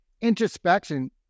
introspection